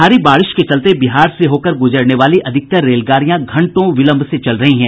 भारी बारिश के चलते बिहार से होकर गुजरने वाले अधिकतर रेलगाड़ियां घंटों विलंब से चल रही हैं